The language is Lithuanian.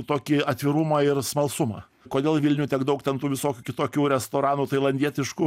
tokį atvirumą ir smalsumą kodėl vilniuj tiek daug ten tų visokių kitokių restoranų tailandietiškų